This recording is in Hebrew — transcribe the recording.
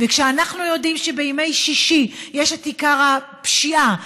וכשאנחנו יודעים שבימי שישי יש את עיקר הפשיעה,